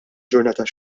ġurnata